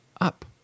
up